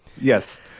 Yes